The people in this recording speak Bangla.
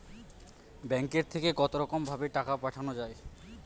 ব্যাঙ্কের থেকে কতরকম ভাবে টাকা পাঠানো য়ায়?